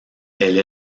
elle